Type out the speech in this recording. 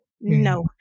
no